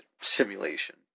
simulation